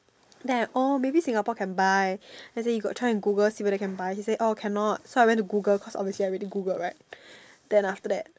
then I oh maybe Singapore can buy then I say you got try and Google see whether can buy she say oh can not so I went to Google cause obviously I already Googled right then after that